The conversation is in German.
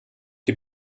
die